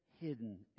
hidden